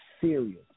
serious